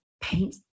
paint